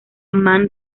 man